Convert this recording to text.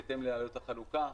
בהתאם לעלויות החלוקה.